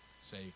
Say